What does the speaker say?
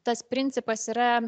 tas principas yra